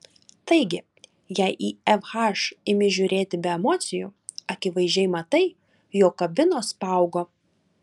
taigi jei į fh imi žiūrėti be emocijų akivaizdžiai matai jog kabinos paaugo